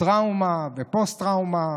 טראומה ופוסט-טראומה